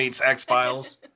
X-Files